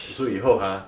so 以后 ah